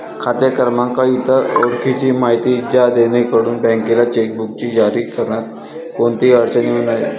खाते क्रमांक, इतर ओळखीची माहिती द्या जेणेकरून बँकेला चेकबुक जारी करण्यात कोणतीही अडचण येऊ नये